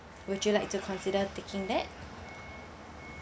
would you like to consider taking that